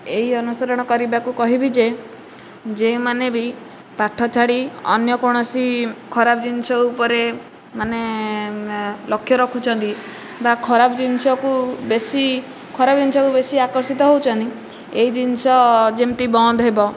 ଏଇ ଅନୁସରଣ କରିବାକୁ କହିବି ଯେ ଯେଉଁମାନେ ବି ପାଠ ଛାଡ଼ି ଅନ୍ୟ କୌଣସି ଖରାପ ଜିନିଷ ଉପରେ ମାନେ ଲକ୍ଷ୍ୟ ରଖୁଛନ୍ତି ବା ଖରାପ ଜିନିଷକୁ ବେଶୀ ଖରାପ ଜିନିଷକୁ ବେଶୀ ଆକର୍ଷିତ ହେଉଛନ୍ତି ଏହି ଜିନିଷ ଯେମତି ବନ୍ଦ ହେବ